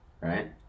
right